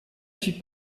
fut